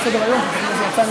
אתה.